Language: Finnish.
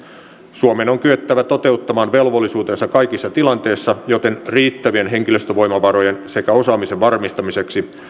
suomen on kyettävä toteuttamaan velvollisuutensa kaikissa tilanteissa joten riittävien henkilöstövoimavarojen sekä osaamisen varmistamiseksi